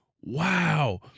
wow